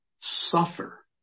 suffer